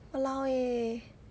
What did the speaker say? !walao! eh